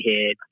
head